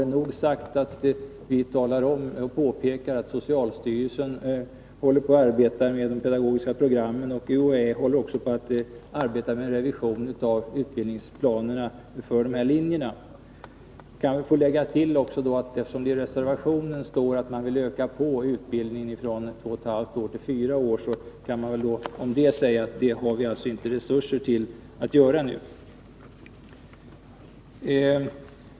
Vare nog sagt att vi påpekar att socialstyrelsen arbetar med de pedagogiska programmen och att UHÄ arbetar med en revision av utbildningsplanerna för dessa linjer. Reservationen föreslår en förlängd utbildning från två och ett halvt till fyra år, men något sådant har vi inte resurser att genomföra.